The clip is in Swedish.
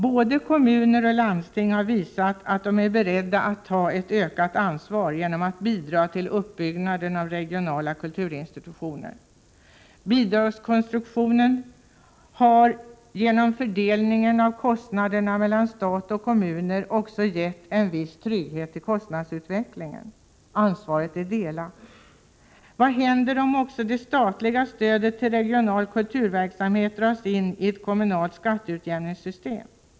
Både kommuner och landsting har visat att de är beredda att ta ett ökat ansvar genom att bidra till uppbyggnaden av regionala kulturinstitutioner. Bidragskonstruktionen har genom fördelningen av kostnaderna mellan stat och kommuner också gett en viss trygghet i kostnadsutvecklingen. Ansvaret är delat. Vad händer om också det statliga stödet till regional kulturverksamhet dras in i ett kommunalt skatteutjämningssystem?